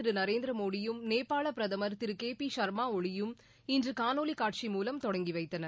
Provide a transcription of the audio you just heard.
நேபாள நரேந்திமோடயும் பிரதமர் திரு திரு கே பி சர்மா ஒளியும் இன்று காணொலி காட்சி மூலம் தொடங்கி வைத்தனர்